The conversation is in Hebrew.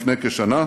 לפני כשנה,